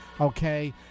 okay